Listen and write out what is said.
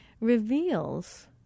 reveals